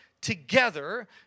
together